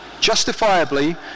justifiably